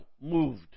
moved